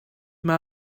mae